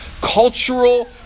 cultural